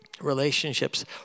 relationships